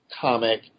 comic